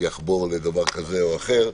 אחבור לדבר כזה או אחר.